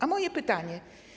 A moje pytanie.